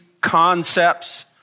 concepts